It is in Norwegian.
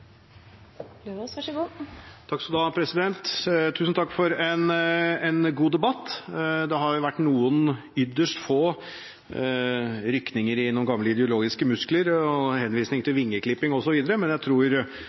Tusen takk for en god debatt. Det har vært noen ytterst få rykninger i noen gamle ideologiske muskler og henvisninger til vingeklipping osv., men jeg tror